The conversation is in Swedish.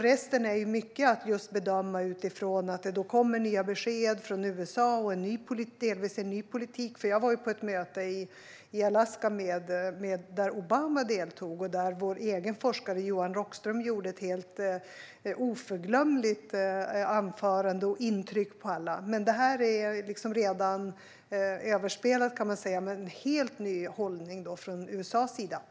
Resten handlar mycket om att göra bedömningar utifrån nya besked och en delvis ny politik från USA:s sida. Jag var på ett möte i Alaska där Obama deltog och där vår egen forskare Johan Rockström höll ett helt oförglömligt anförande, som gjorde intryck på alla. Men detta är överspelat, kan man säga, med en helt ny hållning från USA:s sida.